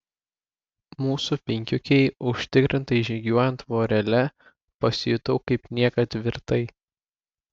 mūsų penkiukei užtikrintai žygiuojant vorele pasijutau kaip niekad tvirtai